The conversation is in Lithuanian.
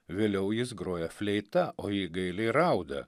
vėliau jis groja fleita o ji gailiai rauda